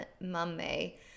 mummy